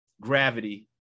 gravity